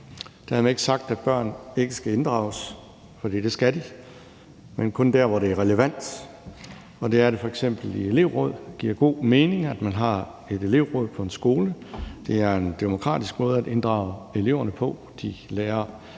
Dermed ikke sagt, at børn ikke skal inddrages, for det skal de, men kun der, hvor det er relevant. Det er det f.eks. i elevråd. Det giver god mening, at man har et elevråd på en skole. Det er en demokratisk måde at inddrage eleverne på. De lærer,